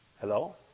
Hello